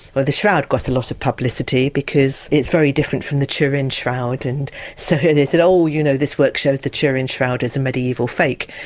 the shroud got a lot of publicity because it's very different from the turin shroud, and so they said oh you know this work shows the turin shroud is a medieval fake.